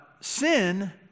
sin